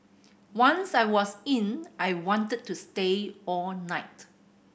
once I was in I wanted to stay all night